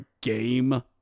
game